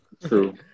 True